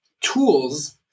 tools